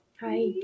Hi